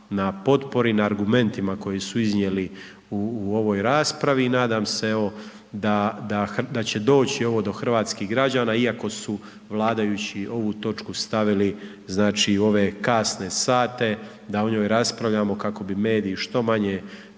na potpori, na argumentima koje su iznijeli u ovoj raspravi i nadam se evo da će doći ovo do hrvatskih građana iako su vladajući ovu točku stavili znači u ove kasne sate, da o njoj raspravljamo kako bi mediji što manje